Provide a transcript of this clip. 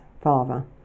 father